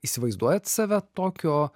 įsivaizduojat save tokio